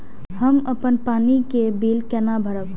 हम अपन पानी के बिल केना भरब?